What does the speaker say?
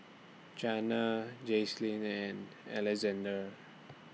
Janna Jaclyn and Alexzander